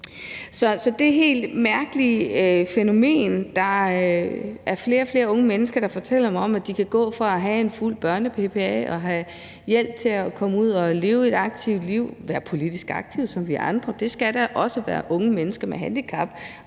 helt mærkelige fænomen, at der er flere og flere unge mennesker, der fortæller mig om, at de kan gå fra at have en fuld børne-bpa og have hjælp til at komme ud og leve et aktivt liv, være politisk aktive ligesom vi andre – det skal unge mennesker med handicap